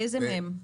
איזה מהם?